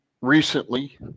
recently